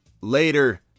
Later